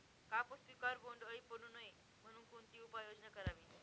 कापूस पिकावर बोंडअळी पडू नये म्हणून कोणती उपाययोजना करावी?